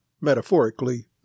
metaphorically